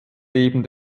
leben